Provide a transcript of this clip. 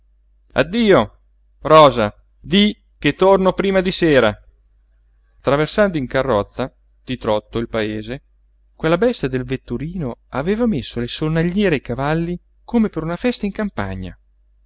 addio rosa di che torno prima di sera traversando in carrozza di trotto il paese quella bestia del vetturino aveva messo le sonagliere ai cavalli come per una festa in campagna